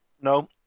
no